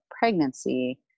pregnancy